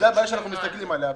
זו הבעיה שאנחנו מסתכלים עליה.